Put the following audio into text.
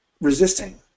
resisting